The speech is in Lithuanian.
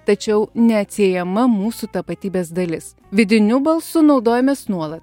tačiau neatsiejama mūsų tapatybės dalis vidiniu balsu naudojamės nuolat